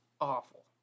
awful